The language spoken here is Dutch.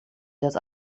dat